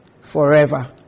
forever